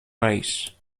race